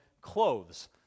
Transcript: clothes